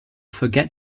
forget